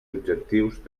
objectius